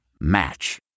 Match